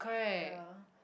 ya